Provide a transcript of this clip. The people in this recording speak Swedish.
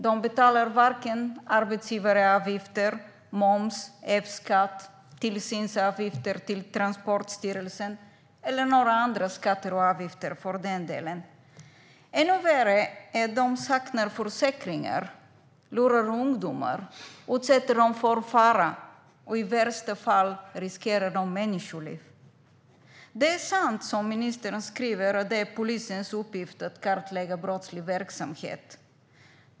De betalar varken arbetsgivaravgifter, moms, F-skatt, tillsynsavgifter till Transportstyrelsen eller några andra skatter och avgifter. Ännu värre är att de saknar försäkringar. De lurar ungdomar och utsätter dem för fara. I värsta fall riskerar de människoliv. Det är sant som ministern skriver att det är polisens uppgift att kartlägga brottslig verksamhet.